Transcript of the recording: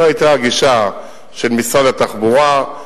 זו היתה הגישה של משרד התחבורה,